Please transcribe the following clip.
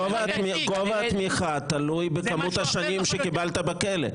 גובה התמיכה תלוי בכמות השנים שקיבלת בכלא.